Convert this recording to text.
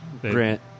Grant